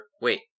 Wait